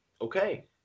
okay